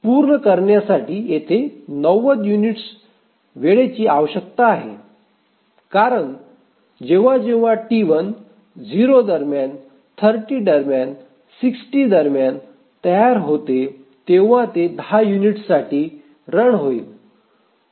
पूर्ण करण्यासाठी 90 युनिट वेळेची आवश्यकता आहे कारण जेव्हा जेव्हा T1 0 दरम्यान 30 दरम्यान 60 दरम्यान तयार होते तेव्हा ते 10 युनिट्ससाठी रन होईल